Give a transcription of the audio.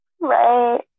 Right